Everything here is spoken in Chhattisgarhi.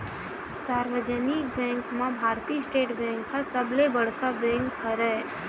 सार्वजनिक बेंक म भारतीय स्टेट बेंक ह सबले बड़का बेंक हरय